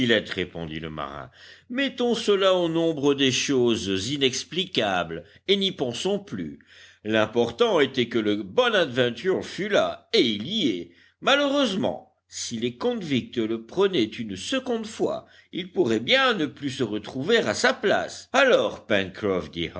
répondit le marin mettons cela au nombre des choses inexplicables et n'y pensons plus l'important était que le bonadventure fût là et il y est malheureusement si les convicts le prenaient une seconde fois il pourrait bien ne plus se retrouver à sa place alors